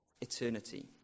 eternity